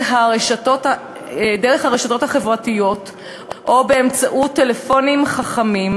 דרך הרשתות החברתיות או באמצעות טלפונים חכמים,